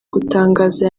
gutangaza